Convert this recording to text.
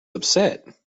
upset